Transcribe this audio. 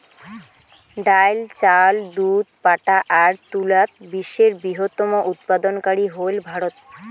ডাইল, চাউল, দুধ, পাটা আর তুলাত বিশ্বের বৃহত্তম উৎপাদনকারী হইল ভারত